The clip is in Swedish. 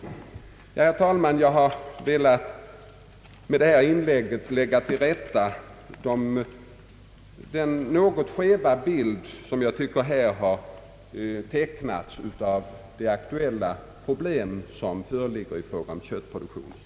Ja, herr talman, jag har med detta yttrande velat lägga till rätta den något skeva bild som jag tycker att man här tecknat av de aktuella problemen när det gäller köttproduktionen.